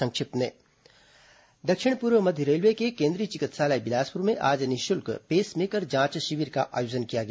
संक्षिप्त समाचार दक्षिण पूर्व मध्य रेलवे के केंद्रीय चिकित्सालय बिलासपुर में आज निःशुल्क पेसमेकर जांच शिविर आयोजित किया गया